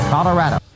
Colorado